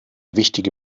wichtige